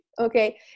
okay